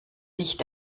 nicht